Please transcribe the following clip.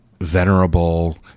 venerable